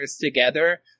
together